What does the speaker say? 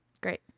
Great